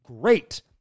great